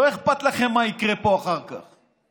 לא אכפת לכם מה יקרה פה אחר כך.